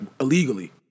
illegally